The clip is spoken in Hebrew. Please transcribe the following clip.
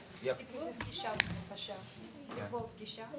נוגעים בדיון שנקיים ביום רביעי של גזענות כלפי עולים.